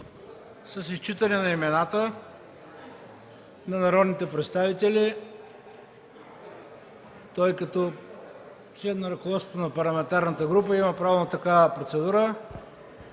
с изчитане на имената на народните представители. Като член на ръководството на парламентарната група има право на такава процедура.